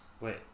wait